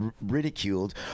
ridiculed